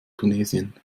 tunesien